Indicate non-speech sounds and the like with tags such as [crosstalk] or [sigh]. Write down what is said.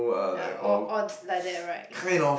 ya all all like that right [breath]